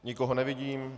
Nikoho nevidím.